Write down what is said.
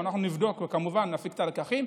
אנחנו נבדוק וכמובן נפיק את הלקחים,